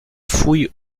fouille